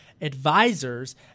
Advisors